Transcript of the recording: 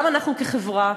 גם אנחנו כחברה,